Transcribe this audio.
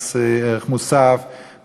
מס ערך מוסף,